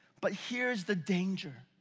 but here is the danger.